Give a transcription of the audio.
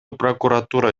прокуратура